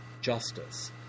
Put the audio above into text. justice